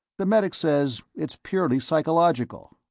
the medic says it's purely psychological.